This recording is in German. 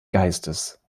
geistes